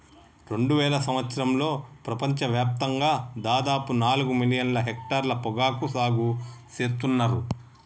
రెండువేల సంవత్సరంలో ప్రపంచ వ్యాప్తంగా దాదాపు నాలుగు మిలియన్ల హెక్టర్ల పొగాకు సాగు సేత్తున్నర్